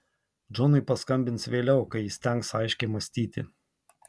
džonui paskambins vėliau kai įstengs aiškiai mąstyti